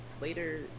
later